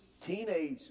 teenage